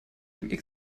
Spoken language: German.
dem